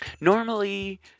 normally